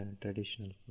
traditional